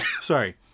sorry